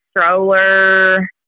stroller